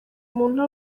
umuntu